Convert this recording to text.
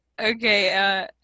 Okay